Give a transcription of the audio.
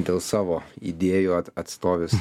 dėl savo idėjų at atstovi